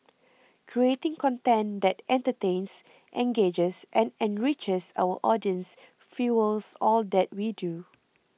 creating content that entertains engages and enriches our audiences fuels all that we do